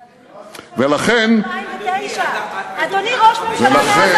ולכן, אבל, אדוני ראש הממשלה, זה